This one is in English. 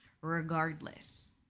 regardless